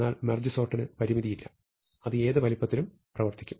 എന്നാൽ മെർജ് സോർട്ടിന് പരിമിതിയില്ല അത് ഏത് വലുപ്പത്തിനും പ്രവർത്തിക്കും